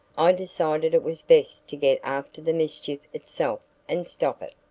i decided it was best to get after the mischief itself and stop it.